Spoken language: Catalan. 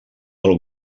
del